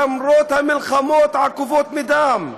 למרות המלחמות העקובות מדם,